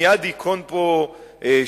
מייד ייכון פה שלום.